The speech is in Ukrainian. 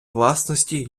власності